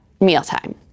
mealtime